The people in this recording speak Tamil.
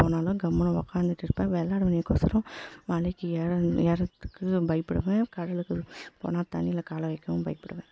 போனாலும் கம்முன்னு உட்கார்ந்துட்டு இருப்பேன் விளையாடுவனேக்கொசரம் மலைக்கு ஏறின ஏறுகிறத்துக்கு பயப்படுவேன் கடலுக்கு போனால் தண்ணியில் காலை வைக்கவும் பயப்படுவேன்